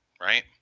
Right